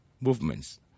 movements